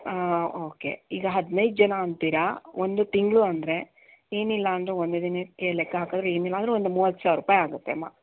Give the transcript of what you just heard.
okay ಈಗ ಹದಿನೈದು ಜನ ಅಂತೀರ ಒಂದು ತಿಂಗಳು ಅಂದರೆ ಏನಿಲ್ಲ ಅಂದರೂ ಒಂದು ದಿನಕ್ಕೆ ಲೆಕ್ಕ ಹಾಕಿದರೆ ಏನಿಲ್ಲ ಅಂದರೂ ಒಂದು ಮೂವತ್ತು ಸಾವಿರ ರೂಪಾಯಿ ಆಗತ್ತೆ ಅಮ್ಮ